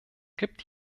gibt